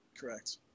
correct